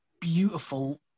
beautiful